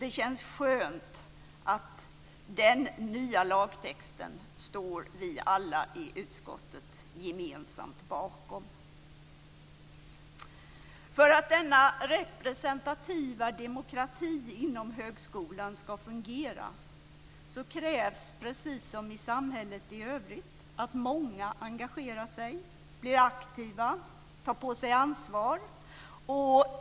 Det känns skönt att vi alla i utskottet gemensamt står bakom den nya lagtexten. För att denna representativa demokrati inom högskolan ska fungera krävs, precis som i samhället i övrigt, att många engagerar sig, blir aktiva, tar på sig ansvar.